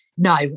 No